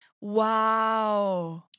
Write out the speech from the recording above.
Wow